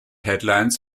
headlines